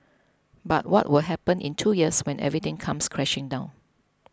but what will happen in two years when everything comes crashing down